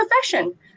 profession